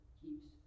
keeps